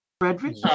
Frederick